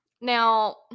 Now